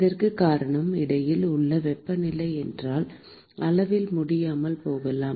அதற்குக் காரணம் இடையில் உள்ள வெப்பநிலையை என்னால் அளவிட முடியாமல் போகலாம்